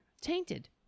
tainted